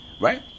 right